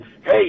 hey